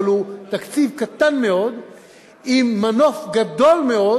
אבל הוא תקציב קטן מאוד עם מנוף גדול מאוד,